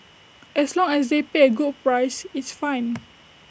as long as they pay A good price it's fine